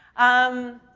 um,